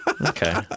Okay